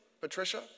Patricia